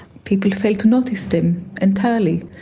people fail to notice them entirely.